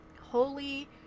holy